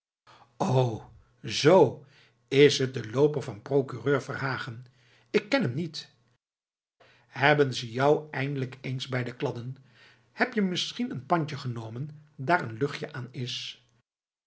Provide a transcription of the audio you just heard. o zoo is t de looper van procureur verhagen ik ken hem niet hebben ze je nou eindelijk eens bij de kladden heb je misschien een pandje genomen daar een luchtje aan is